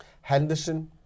Henderson